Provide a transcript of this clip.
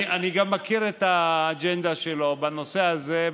אני גם מכיר את האג'נדה שלו בנושא הזה.